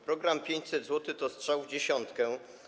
Program 500+ to strzał w dziesiątkę.